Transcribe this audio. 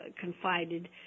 confided